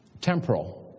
Temporal